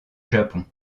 japon